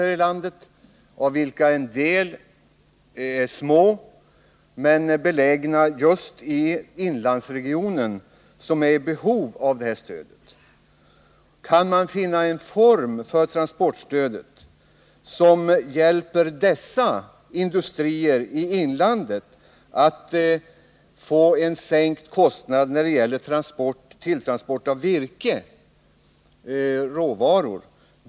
Av dessa är en del små, men belägna just i inlandsregionen, som är i behov av detta stöd. Det vore tacknämligt om vi kunde finna en form för transportstödet som hjälper dessa industrier i inlandet att få en sänkt kostnad när det gäller tilltransporten av virke, råvaror.